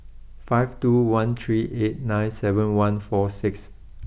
five two one three eight nine seven one four six